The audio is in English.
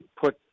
put